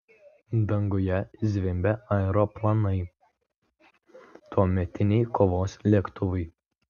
danguje zvimbė aeroplanai tuometiniai kovos lėktuvai